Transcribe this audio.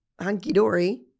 hunky-dory